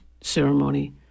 ceremony